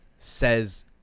Says